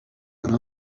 when